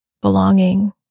belonging